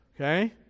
okay